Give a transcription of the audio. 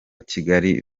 kigali